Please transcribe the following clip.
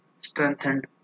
strengthened